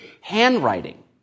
handwriting